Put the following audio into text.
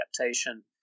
adaptation